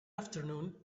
afternoon